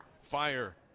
fire